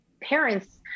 parents